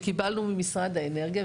בכסף שקיבלנו ממשרד האנרגיה,